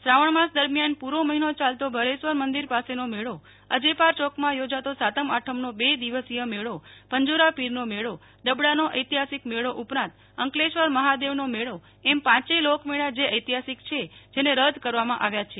શ્રાવજ્ઞ માસ દરમિયાન પુરો મહિનો ચાલતો ભરેશ્વર મંદિર પાસેનો મેળો અજેપાર ચોકમાં યોજાતો સાતમ આઠમનો બે દિવસીય મેળો પંજોરાપીરનો મેળો દબડાનો ઐતિહાસીક મેળો ઉપરાંત અંકલેશ્વર મહાદેવનો મેળો એમ પાંચેય લોકમેળા જે ઐતિહાસીક છે જેને રદ્દ કરવામાં આવ્યા છે